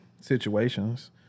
situations